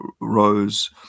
Rose